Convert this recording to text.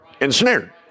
ensnared